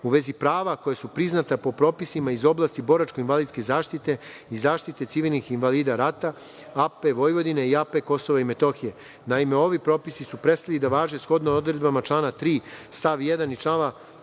u vezi prava koja su priznata po propisima iz oblasti boračko-invalidske zaštite i zaštite civilnih invalida rata AP Vojvodine i AP Kosova i Metohije. Naime, ovi propisi su prestali da važe shodno odredbama člana 3. stav 1. i člana